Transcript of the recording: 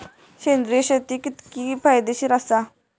सेंद्रिय शेती कितकी फायदेशीर आसा?